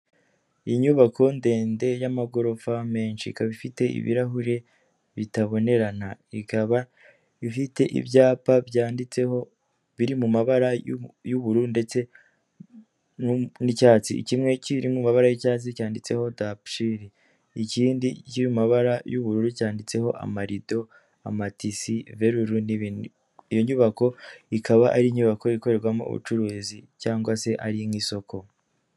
Inyubako ndende y'amagorofa menshi ikaba ifite ibirahure bitabonerana, ikaba ifite ibyapa byanditseho biri mu mabara y'ubururu ndetse n'icyatsi ,kimwe kiri mu mabara y'icyatsi cyanditseho dapushili, ikindi kiri mu mabara y'ubururu cyanditseho amarido, amatisi, veruru, n'ibindi. Iyo nyubako ikaba ari inyubako ikorerwamo ubucuruzi cyangwa se ari nk'isoko.